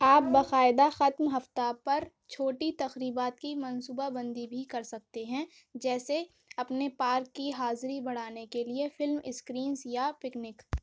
آپ باقاعدہ ختم ہفتہ پر چھوٹی تقریبات کی منصوبہ بندی بھی کرسکتے ہیں جیسے اپنے پارک کی حاضری بڑھانے کے لیے فلم اسکرینز یا پکنک